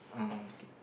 um okay